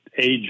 age